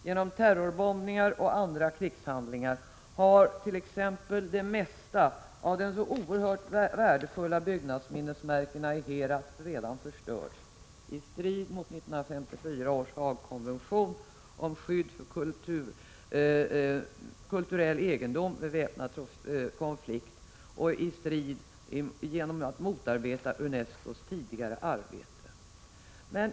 Genom terrorbombningar och andra krigshandlingar har t.ex. det mesta av de så oerhört värdefulla byggnadsminnesmärkena i Herat redan förstörts, i strid mot 1954 års Haagkonvention om skydd för kulturell egendom vid väpnad konflikt och genom att man motarbetat UNESCO:s tidigare arbete.